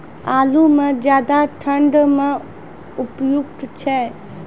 आलू म ज्यादा ठंड म उपयुक्त छै?